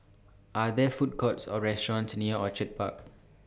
Are There Food Courts Or restaurants near Orchid Park